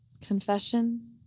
confession